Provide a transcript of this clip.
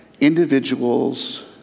Individuals